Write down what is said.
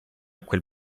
quel